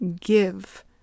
give